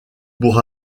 pour